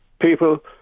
people